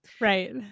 Right